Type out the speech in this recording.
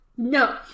No